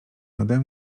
nade